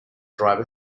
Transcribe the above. driver